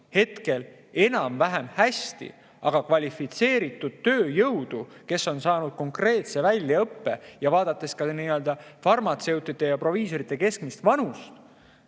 hetkel enam-vähem hästi, aga vaadates kvalifitseeritud tööjõudu, kes on saanud konkreetse väljaõppe, ja ka farmatseutide ja proviisorite keskmist vanust,